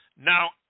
Now